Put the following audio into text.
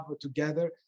together